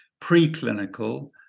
preclinical